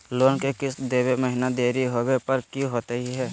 Loan के किस्त देवे महिना देरी होवे पर की होतही हे?